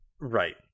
Right